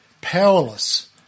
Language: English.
powerless